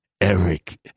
Eric